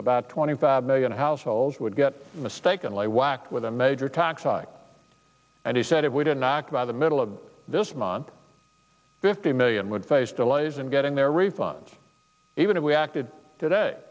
about twenty five million households would get mistakenly whacked with a major tax hike and he said if we didn't act by the middle of this month fifty million would face delays in getting their refund even if we acted today